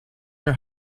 your